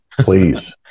Please